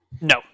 No